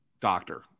doctor